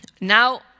now